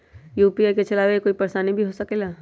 UPI के चलावे मे कोई परेशानी भी हो सकेला?